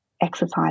exercise